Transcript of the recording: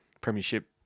Premiership